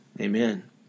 Amen